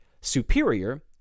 superior